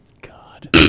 God